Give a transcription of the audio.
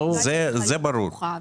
היא לא הייתה צריכה להיות כרוכה.